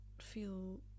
feel